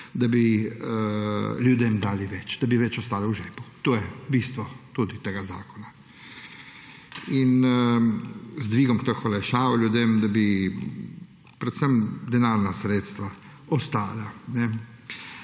da bi ljudem dali več, da bi več ostalo v žepu. To je bistvo tudi tega zakona. Z dvigom teh olajšav ljudem, da bi predvsem denarna sredstva ostala.